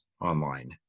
online